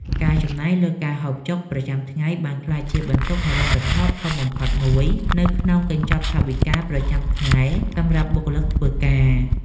ការចំណាយលើការហូបចុកប្រចាំថ្ងៃបានក្លាយជាបន្ទុកហិរញ្ញវត្ថុធំបំផុតមួយនៅក្នុងកញ្ចប់ថវិកាប្រចាំខែសម្រាប់បុគ្គលិកធ្វើការ។